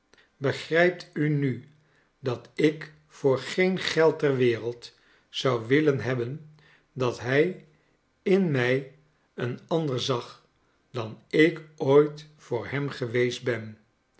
begrijpt u nu dat ik voor geen geld ter wereld zou willen hebben dat hij in mij een ander zag dan ik ooit voor hem geweest ben